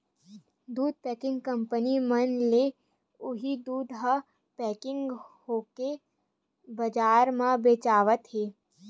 दू packing company मन ले उही दूद ह पेकिग होके बजार म बेचावत हे